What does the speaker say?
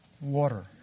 water